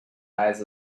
eyes